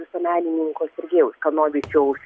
visuomenininko sergejaus kanovičiaus